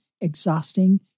exhausting